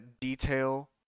detail